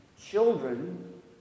children